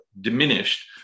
diminished